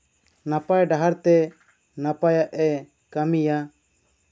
ᱱᱟᱯᱟᱭ ᱰᱟᱦᱟᱨ ᱛᱮ ᱱᱟᱯᱟᱭᱟᱜᱼᱮ ᱠᱟᱹᱢᱤᱭᱟ